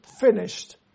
finished